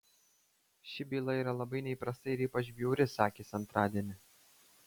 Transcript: ši byla yra labai neįprasta ir ypač bjauri sakė jis antradienį